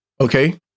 Okay